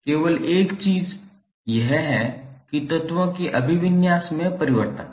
केवल एक चीज यह है कि तत्वों के अभिविन्यास में परिवर्तन